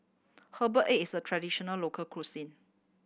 herbal egg is a traditional local cuisine